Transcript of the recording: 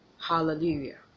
hallelujah